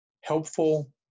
helpful